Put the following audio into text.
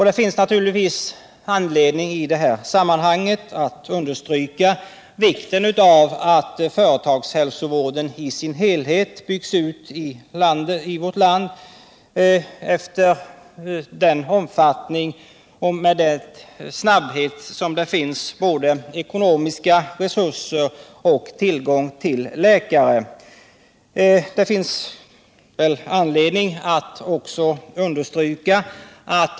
Det finns naturligtvis anledning att i det sammanhanget understryka vikten av att företagshälsovården i sin helhet byggs ut i vårt land i den omfattning och med den snabbhet som de ekonomiska resurserna och tillgången till läkare medger.